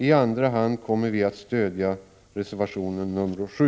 I andra hand kommer vpk att stödja centerreservationen nr 7.